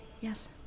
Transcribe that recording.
yes